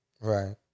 Right